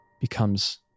becomes